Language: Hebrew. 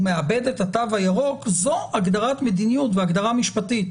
מאבד את התו הירוק זו הגדרת מדיניות והגדרה משפטית.